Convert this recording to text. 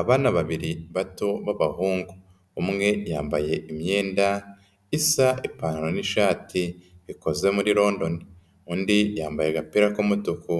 Abana babiri bato b'abahungu, umwe yambaye imyenda isa ipantaro n'ishati bikoze muri muri londoni, undi yambaye agapira k'umutuku,